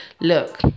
Look